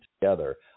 together